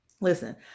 Listen